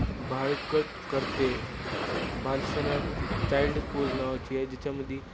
बळकट करते बालासन चाइल्डस पोज नावाची आहे ज्याच्यामध्ये